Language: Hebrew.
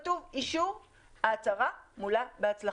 כתוב "ההצהרה מולאה בהצלחה".